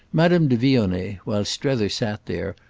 madame de vionnet, while strether sat there,